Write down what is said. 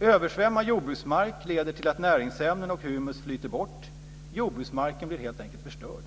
Översvämningarna av jordbruksmark leder till att näringsämnen och humus flyter bort. Jordbruksmarken blir helt enkelt förstörd.